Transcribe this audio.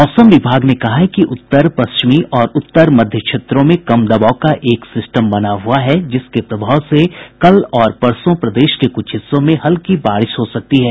मौसम विभाग ने कहा है कि उत्तर पश्चिमी और उत्तर मध्य क्षेत्रों में कम दबाव का एक सिस्टम बना हुआ है जिसके प्रभाव से कल और परसों प्रदेश के कुछ हिस्सों में हल्की बारिश हो सकती है